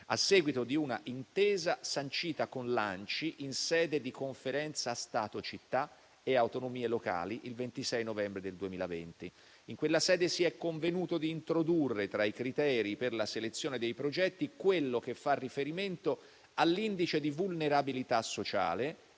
a seguito di un'intesa sancita con l'ANCI in sede di Conferenza Stato-città e autonomie locali il 26 novembre del 2020. In quella sede si è convenuto di introdurre, tra i criteri per la selezione dei progetti, quello che fa riferimento all'indice di vulnerabilità sociale